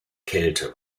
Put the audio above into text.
kälte